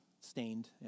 stained